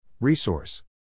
Resource